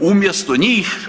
Umjesto njih